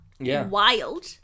wild